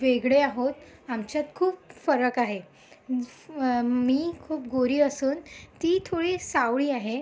वेगळे आहोत आमच्यात खूप फरक आहे मी खूप गोरी असून ती थोडी सावळी आहे